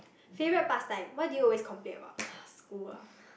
favourite past time what do you always complain about school ah